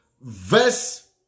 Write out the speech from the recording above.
verse